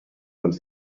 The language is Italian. dal